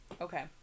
Okay